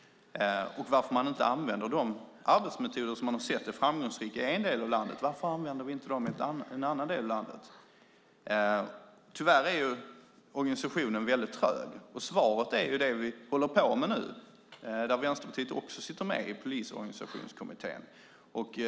Varför använder man inte de arbetsmetoder som man har sett är framgångsrika i en annan del av landet? Tyvärr är organisationen väldigt trög. Svaret är det vi nu håller på med i Polisorganisationskommittén, där Vänsterpartiet också sitter med.